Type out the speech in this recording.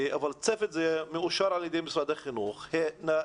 אבל הצוות הזה מאושר על ידי משרד החינוך והוא